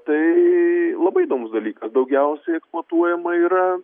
tai labai įdomus dalykas daugiausiai eksplotuojama yra